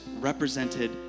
represented